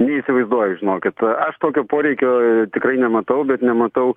neįsivaizduoju žinokit aš tokio poreikio tikrai nematau bet nematau